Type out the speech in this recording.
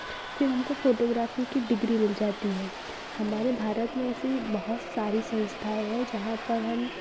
फिर हमको फ़ोटोग्राफ़ी के डिग्री मिल जाती है हमारे भारत में ऐसी ही बहुत सारी संस्थाए है जहाँ पर हम